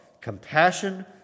compassion